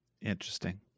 Interesting